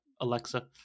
Alexa